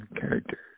character